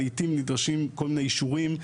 לעתים נדרשים כל מיני אישורים.